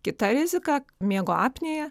kita rizika miego apnėja